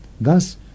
Thus